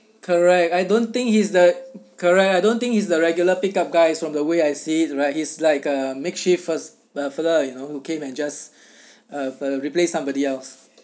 correct I don't think he's the correct I don't think he's the regular pickup guys from the way I see it right he is like a next shift firs~ further you know who came and just uh replace somebody else